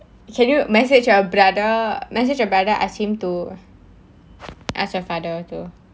can you message your brother message your brother ask him to ask your father to